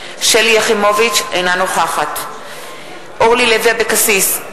בעד שלי יחימוביץ, אינה נוכחת אורלי לוי אבקסיס,